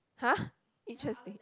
!huh! interesting